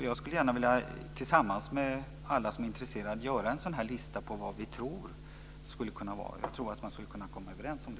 Jag kan tänka mig att tillsammans med alla som är intresserade upprätta en lista över vad som är strategiskt viktig verksamhet, och jag tror att vi skulle kunna komma överens om det.